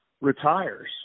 retires